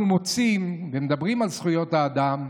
אנחנו מוצאים, מדברים על זכויות האדם,